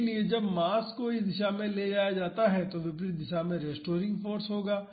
इसलिए जब मास को इस दिशा में ले जाया जाता है तो विपरीत दिशा में रेस्टोरिंग फाॅर्स होगा